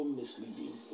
misleading